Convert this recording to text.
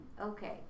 okay